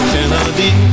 Kennedy